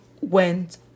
went